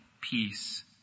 peace